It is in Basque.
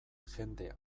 jende